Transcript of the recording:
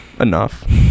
Enough